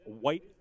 white